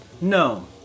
no